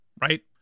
right